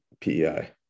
PEI